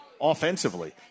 offensively